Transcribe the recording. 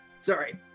Sorry